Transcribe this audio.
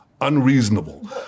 unreasonable